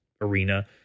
arena